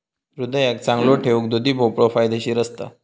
हृदयाक चांगलो ठेऊक दुधी भोपळो फायदेशीर असता